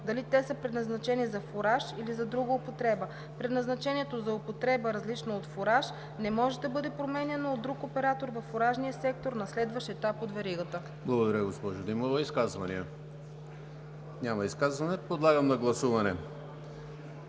дали те са предназначени за фураж или за друга употреба. Предназначението за употреба, различна от фураж, не може да бъде променяно от друг оператор във фуражния сектор на следващ етап от веригата.“ ПРЕДСЕДАТЕЛ ЕМИЛ ХРИСТОВ: Благодаря, госпожо Димова. Има ли изказвания? Няма. Подлагам на гласуване,